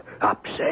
Upset